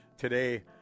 Today